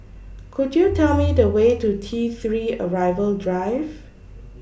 Could YOU Tell Me The Way to T three Arrival Drive